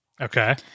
Okay